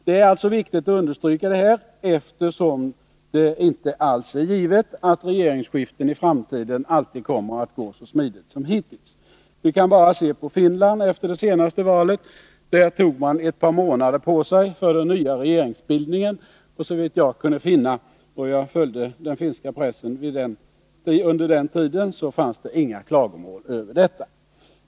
Det är alltså viktigt att understryka, eftersom det inte alls är givet att regeringsskiften i framtiden alltid kommer att gå så smidigt som hittills. Vi kan bara se på Finland efter det senaste valet. Där tog man ett par månader på sig för den nya regeringsbildningen. Såvitt jag kunde finna, och jag följde den finska pressen under den tiden, fanns det inga klagomål över detta.